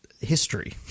history